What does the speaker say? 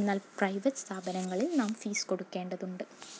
എന്നാൽ പ്രൈവറ്റ് സ്ഥാപനങ്ങളിൽ നാം ഫീസ് കൊടുക്കേണ്ടതുണ്ട്